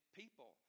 people